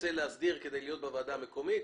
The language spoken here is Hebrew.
תרצה להסדיר כדי להיות בוועדה המקומית.